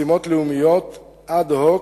למשרד אחר?